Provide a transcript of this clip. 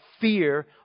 fear